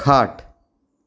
खाट